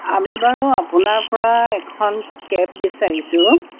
আমি বাৰু আপোনাৰ পৰা এখন কেব বিচাৰিছোঁ